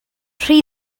rhy